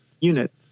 unit